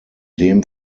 dem